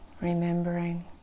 remembering